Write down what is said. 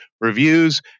reviews